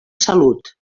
salut